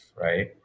right